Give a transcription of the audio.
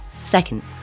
Second